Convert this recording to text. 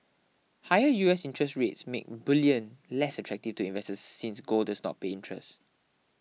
higher U S interest rates make bullion less attractive to investors since gold does not pay interest